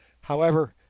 however,